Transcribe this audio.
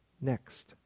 Next